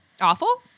awful